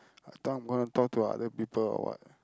I thought I'm gonna talk to other people or what